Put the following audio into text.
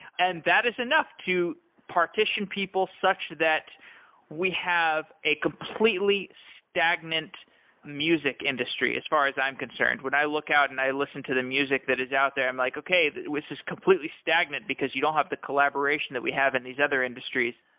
and that is enough to partition people such that we have a completely stagnant music industry as far as i'm concerned. when i look out and i listen to the music that is out there, i'm like, okay. this is completely stagnant, because you don't have the collaboration that we have in these other industries.